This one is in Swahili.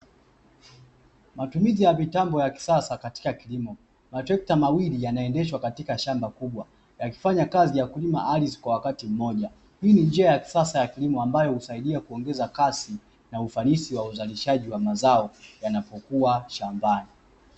Matumizi ya mitambo ya kisasa katika kilimo matrekta mawili yanaendeshwa katika shamba kubwa yakifanya kazi ya kulima ardhi kwa wakati mmoja, hii ni njia ya kisasa ya kilimo ambayo husaidia kuongeza kasi na ufanisi wa uzalishaji wa mazao yanapokuwa shambani.